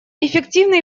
эффективно